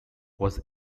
was